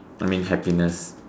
I mean happiness